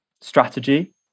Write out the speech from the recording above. strategy